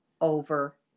over